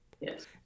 Yes